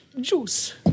Juice